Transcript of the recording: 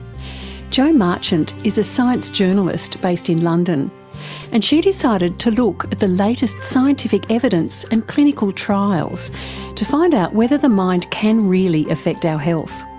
jo marchant is a science journalist based in london and she decided to look at the latest scientific evidence and clinical trials to find out whether the mind can really affect our health.